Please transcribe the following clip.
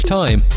time